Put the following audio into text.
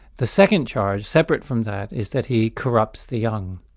the second charge, separate from that, is that he corrupts the young.